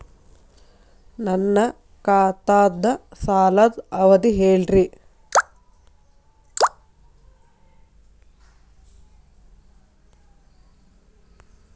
ನನ್ನ ಖಾತಾದ್ದ ಸಾಲದ್ ಅವಧಿ ಹೇಳ್ರಿ